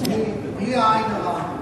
אורבך.